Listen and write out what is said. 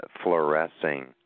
fluorescing